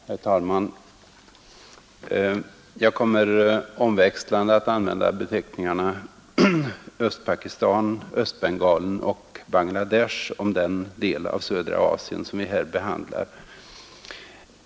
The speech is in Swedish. Herr talman! Jag kommer omväxlande att använda beteckningarna Östpakistan, Östbengalen och Bangla Desh om den del av södra Asien som vi här behandlar.